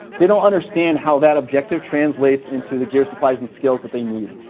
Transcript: they don't understand how that objective translates into the gear, supplies, and skills that they need.